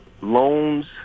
loans